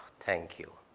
thank you.